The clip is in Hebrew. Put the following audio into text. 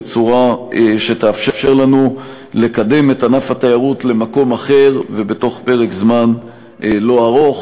בצורה שתאפשר לנו לקדם את ענף התיירות למקום אחר ובתוך פרק זמן לא ארוך.